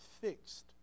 fixed